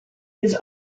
his